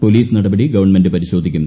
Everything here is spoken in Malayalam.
പ്രെ്ലീസ് നടപടി ഗവൺമെന്റ് പരിശാധിക്കും